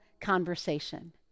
conversation